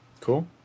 Cool